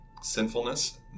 sinfulness